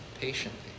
patiently